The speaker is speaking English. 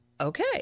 okay